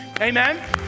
Amen